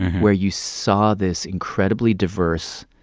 where you saw this incredibly diverse,